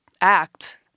act